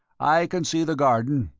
i can see the garden,